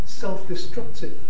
self-destructive